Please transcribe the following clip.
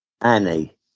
Annie